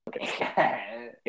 Okay